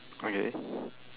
okay